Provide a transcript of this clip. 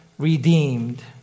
redeemed